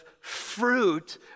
fruit